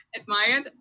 admired